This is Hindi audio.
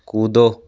कूदो